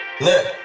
look